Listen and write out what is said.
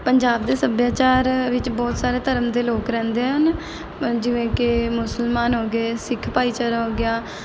ਪੰਜਾਬ ਦੇ ਸੱਭਿਆਚਾਰ ਵਿੱਚ ਬਹੁਤ ਸਾਰੇ ਧਰਮ ਦੇ ਲੋਕ ਰਹਿੰਦੇ ਹਨ ਜਿਵੇਂ ਕਿ ਮੁਸਲਮਾਨ ਹੋ ਗਏ ਸਿੱਖ ਭਾਈਚਾਰਾ ਹੋ ਗਿਆ